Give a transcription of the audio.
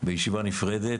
בישיבה נפרדת,